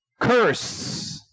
curse